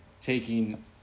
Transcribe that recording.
taking